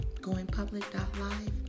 goingpublic.live